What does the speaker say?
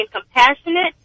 compassionate